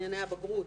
הבגרות.